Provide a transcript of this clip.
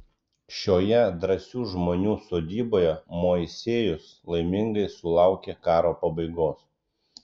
šioje drąsių žmonių sodyboje moisiejus laimingai sulaukė karo pabaigos